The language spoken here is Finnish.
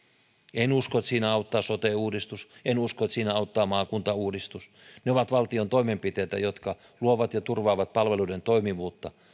en usko että siinä auttaa sote uudistus en usko että siinä auttaa maakuntauudistus ne ovat valtion toimenpiteitä jotka luovat ja turvaavat palveluiden toimivuutta